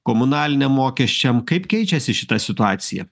komunaliniam mokesčiam kaip keičiasi šita situacija